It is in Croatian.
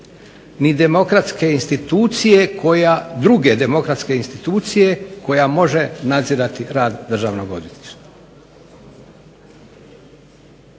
ni druge demokratske institucije koja može nadzirati rad državnog